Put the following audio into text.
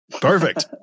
perfect